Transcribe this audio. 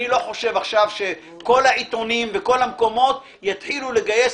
אני לא חושב שכל העיתונים וכל המקומות יתחילו לגייס